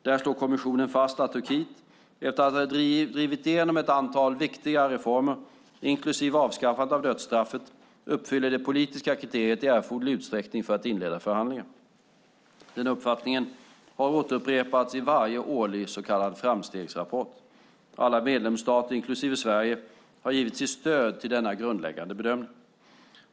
Där slår kommissionen fast att Turkiet, efter att ha drivit igenom ett antal viktiga reformer, inklusive avskaffandet av dödsstraffet, uppfyller det politiska kriteriet i erforderlig utsträckning för att förhandlingar ska kunna inledas. Den uppfattningen har återupprepats i varje årlig så kallad framstegsrapport. Alla medlemsstater inklusive Sverige har givit sitt stöd till denna grundläggande bedömning.